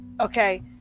Okay